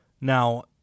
Now